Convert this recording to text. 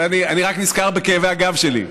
אני רק נזכר בכאבי הגב שלי.